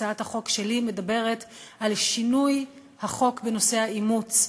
הצעת החוק שלי מדברת על שינוי החוק בנושא האימוץ.